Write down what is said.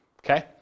Okay